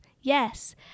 Yes